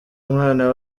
umwana